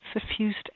suffused